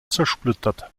zersplittert